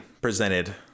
presented